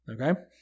Okay